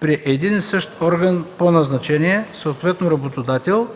при един и същ орган по назначение, съответно работодател,